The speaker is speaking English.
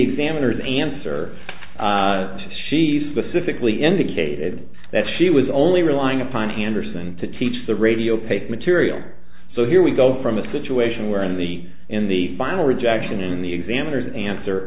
examiner the answer she specifically indicated that she was only relying upon anderson to teach the radio paid material so here we go from a situation where in the in the final rejection in the examiner the answer